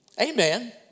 Amen